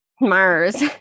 Mars